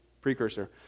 precursor